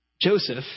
Joseph